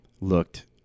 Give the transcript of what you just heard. looked